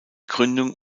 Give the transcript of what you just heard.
gründung